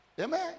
amen